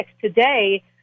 Today